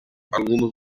algunos